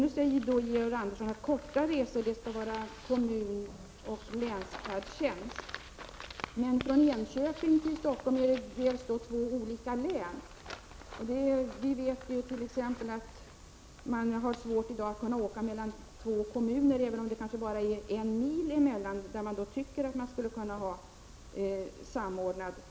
Nu säger Georg Andersson att länsoch kommunfärdtjänsten skall svara för korta resor. Men vid en resa från Enköping till Stockholm berörs två län. I dag är det svårt att resa redan mellan två kommuner, även om det bara är fråga om en resa på en mil. I sådana fall tycker man att färdtjänsten borde vara samordnad.